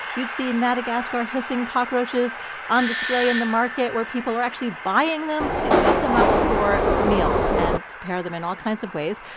you'd see madagascar hissing cockroaches on display in the market where people are actually buying them to eat them up for meals and prepare them in all kinds of ways,